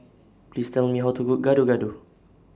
Please Tell Me How to Cook Gado Gado